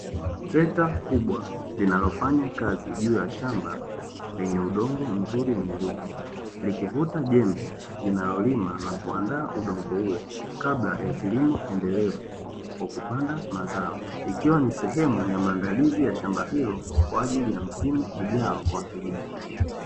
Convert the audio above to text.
Trekta kubwa linalofanya kazi juu ya shamba lenye udongo mzuri wenye rutuba, likivuta jembe linalolima na kuandaa udongo huo kabla ya kilimo endelevu kwa kupanda mazao, ikiwa ni sehemu ya maandalizi ya shamba hilo kwa ajili ya msimu ujao wa kilimo.